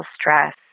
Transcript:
stress